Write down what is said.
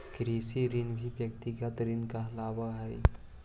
कृषि ऋण भी व्यक्तिगत ऋण कहलावऽ हई